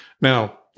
Now